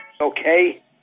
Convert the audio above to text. Okay